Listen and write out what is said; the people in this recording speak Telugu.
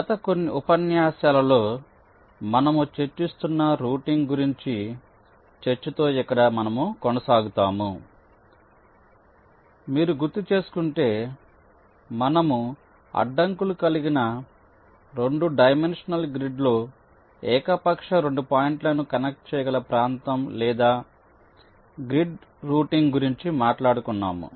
గత కొన్ని ఉపన్యాసాలలో మనము చర్చిస్తున్న రౌటింగ్ గురించి చర్చతో ఇక్కడ మనము కొనసాగుతాము మీరు గుర్తుచేసుకుంటే మనము అడ్డంకులు కలిగిన 2 డైమెన్షనల్ గ్రిడ్లో ఏకపక్ష 2 పాయింట్లను కనెక్ట్ చేయగల ప్రాంతం లేదా గ్రిడ్ రౌటింగ్ గురించి మాట్లాడుకున్నాము